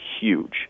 huge